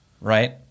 right